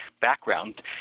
background